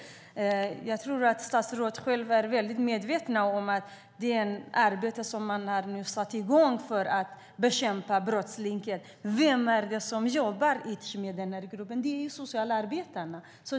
Jag tror att statsrådet själv är väldigt medveten om vem det är som jobbar med det arbete man har satt i gång för att bekämpa brottslighet. Det är socialarbetarna.